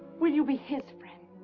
will you be his friend?